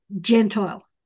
Gentile